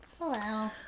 Hello